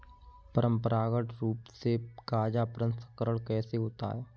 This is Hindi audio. परंपरागत रूप से गाजा प्रसंस्करण कैसे होता है?